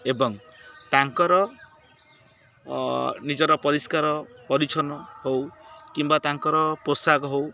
ଏବଂ ତାଙ୍କର ନିଜର ପରିଷ୍କାର ପରିଚ୍ଛନ୍ନ ହଉ କିମ୍ବା ତାଙ୍କର ପୋଷାକ ହଉ